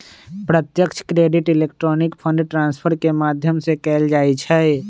प्रत्यक्ष credit electronic fund transfer के माध्यम से कएल जाइ छइ